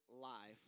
life